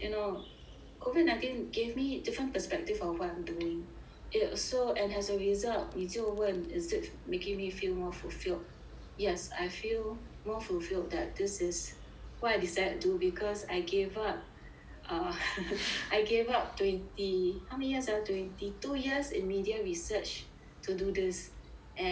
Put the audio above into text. COVID nineteen gave me different perspective of what I'm doing it also and as a result 你就问 is it making me feel more fulfilled yes I feel more fulfilled that this is why I decide to do because I gave up ah I gave up twenty how many years ah twenty two years in media research to do this and